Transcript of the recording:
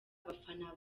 abafana